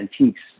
antiques